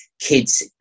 kids